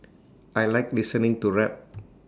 I Like listening to rap